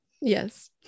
Yes